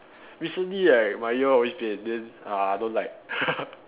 recently right my ear always pain then I don't like